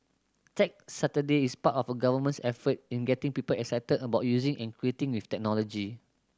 Tech Saturday is part of the Government's effort in getting people excited about using and creating with technology